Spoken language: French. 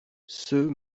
ceux